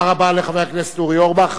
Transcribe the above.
תודה רבה לחבר הכנסת אורי אורבך.